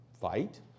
fight